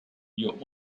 your